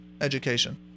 education